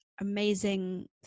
amazing